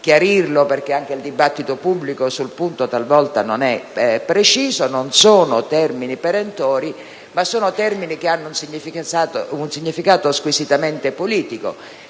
perché anche il dibattito pubblico sul punto talvolta non è preciso. Non sono termini perentori, ma sono termini che hanno un significato squisitamente politico,